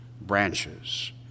branches